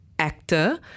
actor